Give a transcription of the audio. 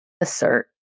assert